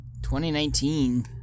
2019